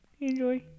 Enjoy